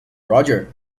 roger